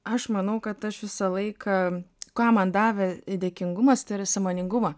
aš manau kad aš visą laiką ką man davė dėkingumas tai yra sąmoningumą